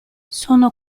sono